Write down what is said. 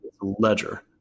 ledger